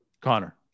Connor